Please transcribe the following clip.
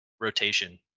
rotation